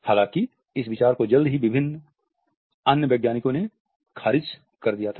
हालांकि इस विचार को जल्द ही विभिन्न अन्य वैज्ञानिकों ने खारिज कर दिया था